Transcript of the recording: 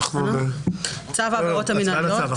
נקרא את הצו,